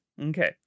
Okay